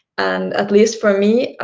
and at least, for me,